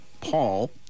Paul